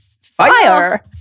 fire